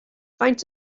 faint